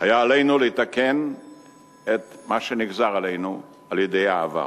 היה עלינו לתקן את מה שנגזר עלינו על-ידי העבר.